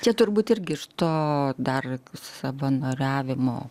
čia turbūt irgi iš to dar savanoriavimo